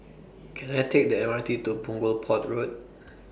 Can I Take The M R T to Punggol Port Road